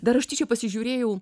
dar aš tyčia pasižiūrėjau